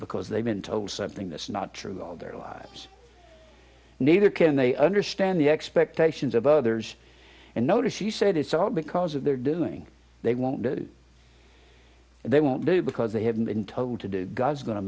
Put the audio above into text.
because they've been told something that's not true all their lives neither can they understand the expectations of others and notice he said it's all because of their doing they won't they won't do because they haven't been told to do god's go